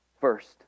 first